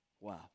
Wow